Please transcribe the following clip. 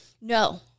No